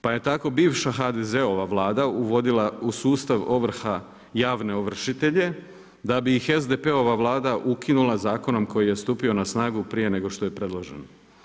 Pa je tako bivša HDZ-ova Vlada uvodila u sustav ovrha javne ovršitelje da bi ih SDP-a ova Vlada ukinula zakonom koji je stupio na snagu prije nego što je predloženo.